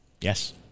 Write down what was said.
Yes